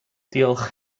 diolch